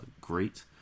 great